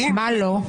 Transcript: מה לא?